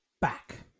back